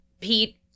Pete